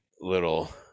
little